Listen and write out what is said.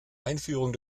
einführung